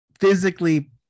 physically